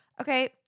Okay